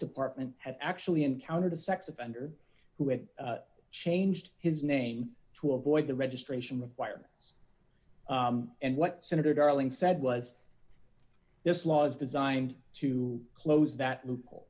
department has actually encountered a sex offender who had changed his name to avoid the registration requirements and what senator darling said was this law is designed to close that loophole